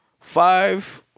Five